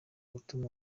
gutuma